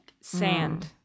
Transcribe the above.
Sand